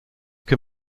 can